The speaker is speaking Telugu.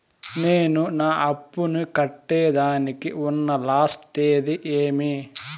నేను నా అప్పుని కట్టేదానికి ఉన్న లాస్ట్ తేది ఏమి?